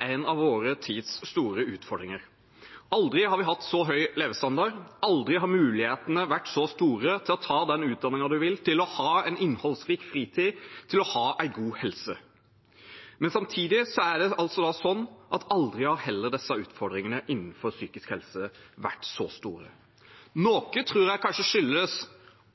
en av vår tids store utfordringer. Aldri har vi hatt så høy levestandard. Aldri har mulighetene vært så store til å ta den utdanningen man vil, til å ha en innholdsrik fritid, til å ha en god helse. Samtidig er det altså sånn at aldri har heller disse utfordringene innenfor psykisk helse vært så store. Noe tror jeg kanskje skyldes